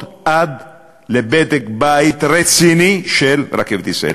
עד לבדק בית רציני של "רכבת ישראל".